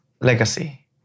legacy